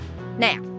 Now